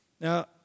Now